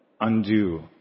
undo